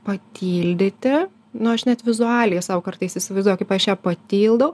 patildyti nu aš net vizualiai sau kartais įsivaizduoju kaip aš ją patildau